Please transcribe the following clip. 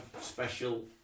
special